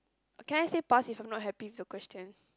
can I say pass if I'm not happy with the question